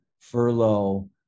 furlough